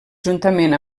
juntament